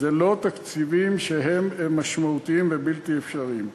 אלה לא תקציבים שהם משמעותיים ובלתי אפשריים.